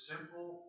Simple